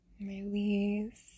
release